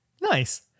nice